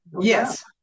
Yes